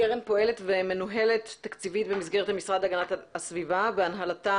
הקרן פועלת ומנוהלת תקציבית במסגרת המשרד להגנת הסביבה והנהלתה